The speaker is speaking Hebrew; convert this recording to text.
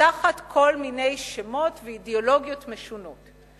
תחת כל מיני שמות ואידיאולוגיות משונות.